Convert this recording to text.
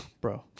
bro